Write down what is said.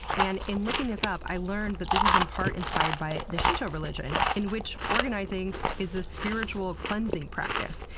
and in looking this up, i learned that this is in part inspired by the shinto religion, in which organizing is a spiritual cleansing practice.